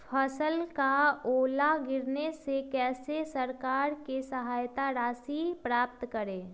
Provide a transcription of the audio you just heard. फसल का ओला गिरने से कैसे सरकार से सहायता राशि प्राप्त करें?